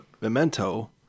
Memento